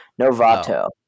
Novato